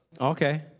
Okay